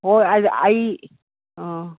ꯍꯣꯏ ꯑꯩ ꯑꯥ